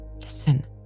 listen